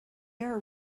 are